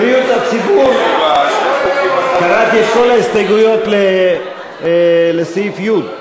בריאות הציבור, קראתי את כל ההסתייגויות לסעיף י'.